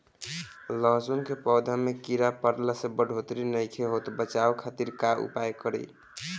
लहसुन के पौधा में कीड़ा पकड़ला से बढ़ोतरी नईखे होत बचाव खातिर का उपाय करी?